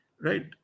right